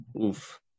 Oof